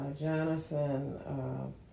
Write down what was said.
Jonathan